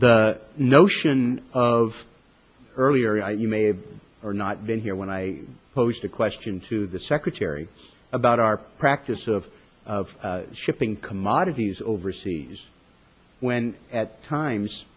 the notion of earlier you may have or not been here when i posed a question to the secretary about our practice of of shipping commodities overseas when at times